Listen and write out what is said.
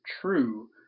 true